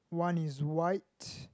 one is white